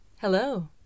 Hello